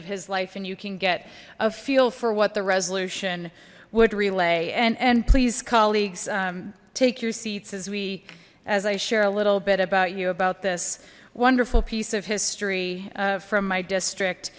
of his life and you can get a feel for what the resolution would relay and and please colleagues take your seats as we as i share a little bit about you about this wonderful piece of history from my district